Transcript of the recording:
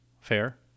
Fair